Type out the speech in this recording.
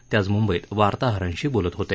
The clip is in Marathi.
ते आज मुंबईत वार्ताहरांशी बोलत होते